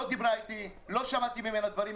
היא לא דיברה איתי, לא שמעתי ממנה דברים.